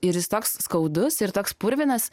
ir jis toks skaudus ir toks purvinas